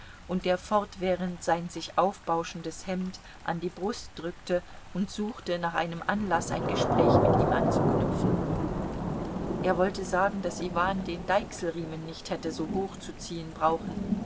und der fortwährend sein sich aufbauschendes hemd an die brust drückte und suchte nach einem anlaß ein gespräch mit ihm anzuknüpfen er wollte sagen daß iwan den deichselriemen nicht hätte so hoch zu ziehen brauchen